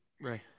Right